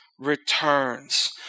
Returns